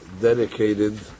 dedicated